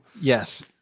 Yes